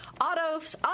Autos